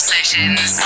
Sessions